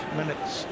minutes